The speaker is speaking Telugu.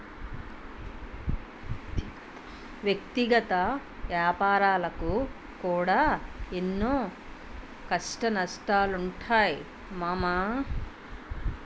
వ్యక్తిగత ఏపారాలకు కూడా ఎన్నో కష్టనష్టాలుంటయ్ మామా